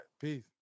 Peace